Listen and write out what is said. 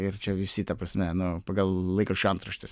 ir čia visi ta prasme nu pagal laikraščių antraštes